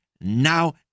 now